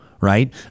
Right